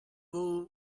who